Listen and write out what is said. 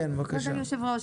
כבוד היושב-ראש,